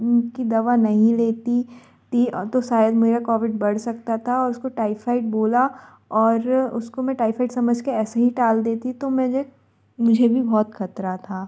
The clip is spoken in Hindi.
की दवा नहीं लेती थी तो शायद मेरा कोविड बढ़ सकता था और उसको टाइफाइड बोला और उसको मैं टाइफाइड समझ के ऐसे ही टाल देती तो मुझे मुझे भी बहुत ख़तरा था